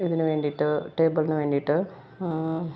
ഇതിന് വേണ്ടിയിട്ട് ടേബിളിന് വേണ്ടിയിട്ട്